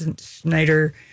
Schneider